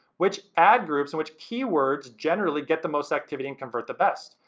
which ad groups and which keywords generally get the most activity and convert the best.